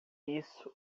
isso